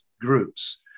groups